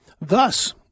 thus